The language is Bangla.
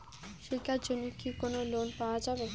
শিক্ষার জন্যে কি কোনো লোন পাওয়া যাবে?